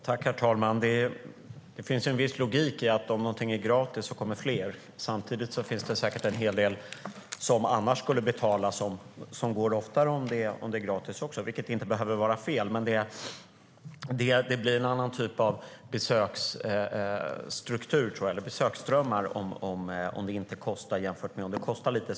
Herr talman! Det finns en logik i att om någonting är gratis kommer fler. Samtidigt finns det säkert en hel del som annars skulle betala som går oftare om det är gratis, vilket inte behöver vara fel. Det blir en annan typ av besöksströmmar om det inte kostar jämfört med om det kostar lite.